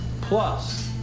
plus